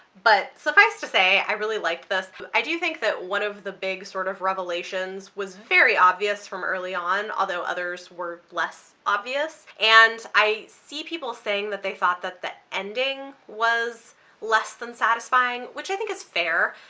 but suffice to say i really liked this. i do think that one of the big sort of revelations was very obvious from early on, although others were less obvious. and i see people saying that they thought that the ending was less than satisfying, which i think is fair.